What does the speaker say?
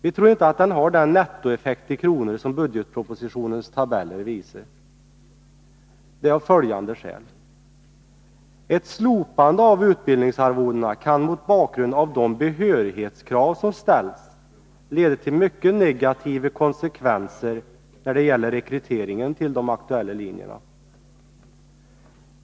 Vi tror inte att den har den nettoeffekt i kronor som budgetpropositionens tabeller visar, och detta av följande skäl: Ett slopande av utbildningsarvodena kan mot bakgrund av de behörighetskrav som ställs leda till negativa konsekvenser när det gäller rekryteringen till de aktuella linjerna.